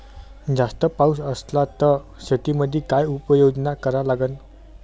जास्त पाऊस असला त शेतीमंदी काय उपाययोजना करा लागन?